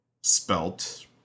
spelt